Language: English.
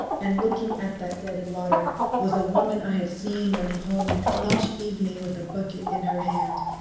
and looking at that dead water was a woman i had seen running home each evening with a bucket in her hand.